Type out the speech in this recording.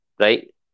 Right